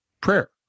Prayer